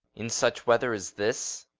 in such weather as this?